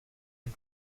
and